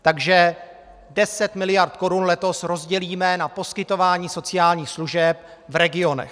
Takže 10 mld. korun letos rozdělíme na poskytování sociálních služeb v regionech.